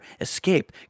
escape